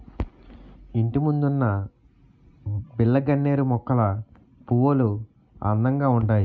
ఇంటిముందున్న బిల్లగన్నేరు మొక్కల పువ్వులు అందంగా ఉంతాయి